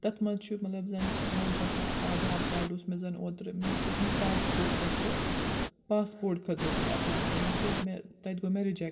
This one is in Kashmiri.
تتھ مںٛز چھُ مطلب زن منٛز چھُ آسان آدھار کارڈ اوس مےٚ زن اوترٕ مےٚ اوس گَژھُن پاسپورٹ دفتر پاسپورٹ خٲطرٕ ٲس مےٚ ایٚپواینٛٹمیٚنٛٹ تہِ مےٚ تَتہِ گوٚو مےٚ رِجیٚکٹہٕ